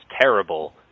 terrible